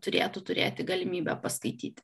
turėtų turėti galimybę paskaityti